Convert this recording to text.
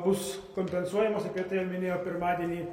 bus kompensuojamos ir kaip tai jau minėjau pirmadienį